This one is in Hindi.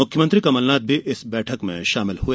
मुख्यमंत्री कमलनाथ भी इस बैठक में शामिल हुए